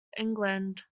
england